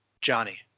Johnny